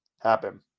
happen